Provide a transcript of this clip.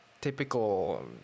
typical